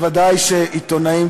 ודאי שעיתונאים,